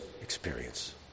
experience